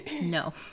no